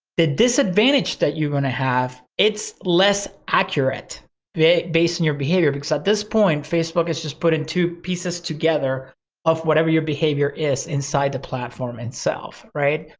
the disadvantage that you're gonna have, it's less accurate based on your behavior. because at this point, facebook is just putting two pieces together of whatever your behavior is inside the platform itself. right?